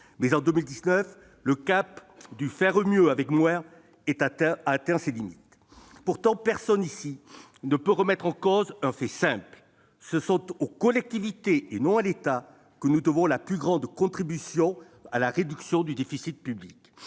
principe « faire mieux avec moins » a atteint ses limites. Pourtant, personne ici ne peut remettre en cause ce fait simple : c'est aux collectivités territoriales, non à l'État, que nous devons la plus grande contribution à la réduction du déficit public.